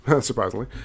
surprisingly